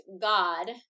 God